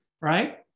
right